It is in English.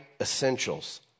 essentials